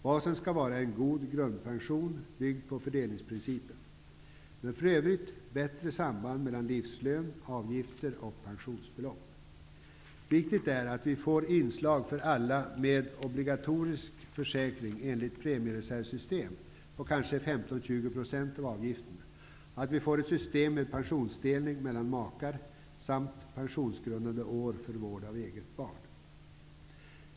Basen skall vara en god grundpension byggd på fördelningsprincipen. Men för övrigt skall det vara bättre samband mel lan livslön, avgifter och pensionsbelopp. Det är viktigt att vi får ett inslag med obligatorisk försäk ring för alla, med premiereservsystem på kanske 15-20 % av avgiften, att vi får ett system med pen sionsdelning mellan makar samt pensionsgrun dande år för vård av eget barn.